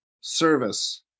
Service